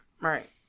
right